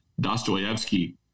Dostoevsky